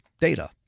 data